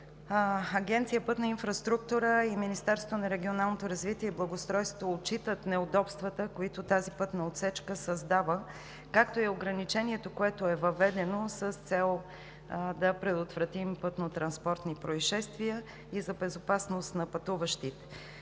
Агенция „Пътна инфраструктура“ и Министерството на регионалното развитие и благоустройството отчитат неудобствата, които тази пътна отсечка създава, както и ограничението, което е въведено с цел да предотвратим пътнотранспортни произшествия и за безопасност на пътуващите.